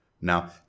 Now